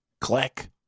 Click